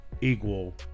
equal